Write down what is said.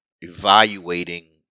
evaluating